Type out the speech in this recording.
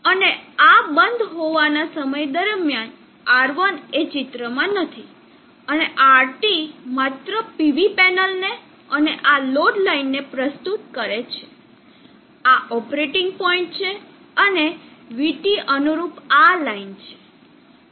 અને આ બંધ હોવાના સમય દરમિયાન R1 એ ચિત્રમાં નથી અને RT માત્ર પીવી પેનલને અને આ લોડ લાઇનને પ્રસ્તુત કરે છે આ ઓપરેટિંગ પોઇન્ટ છે અને vT અનુરૂપ આ લાઇન છે